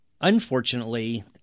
unfortunately